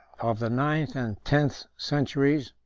of the ninth and tenth centuries,